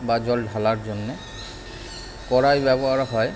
বা জল ঢালার জন্য কড়াই ব্যবহার হয়